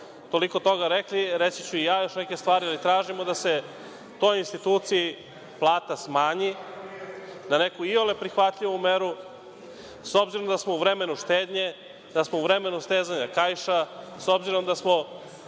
toliko toga rekli, reći ću i ja neke stvari, da ne kažemo da se toj instituciji da se plata smanji na iole prihvatljivu meru, s obzirom da smo u vremenu štednje, da smo u vremenu stezanja kaiša, s obzirom da smo